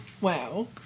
Wow